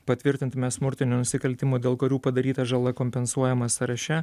patvirtintame smurtinių nusikaltimų dėl kurių padaryta žala kompensuojama sąraše